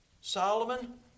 Solomon